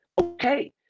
okay